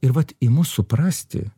ir vat imu suprasti